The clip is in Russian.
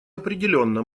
определенно